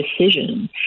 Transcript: decision